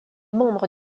membre